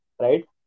right